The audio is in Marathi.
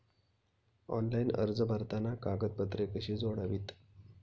ऑनलाइन अर्ज भरताना कागदपत्रे कशी जोडावीत?